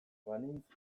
banintz